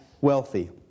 wealthy